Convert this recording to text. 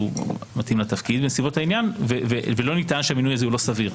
מתאים לתפקיד בנסיבות העניין ולא נטען שהמינוי הזה לא סביר.